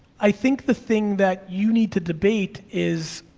i think the thing that you need to debate is